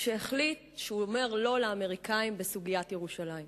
כשהחליט שהוא אומר "לא" לאמריקנים בסוגיית ירושלים.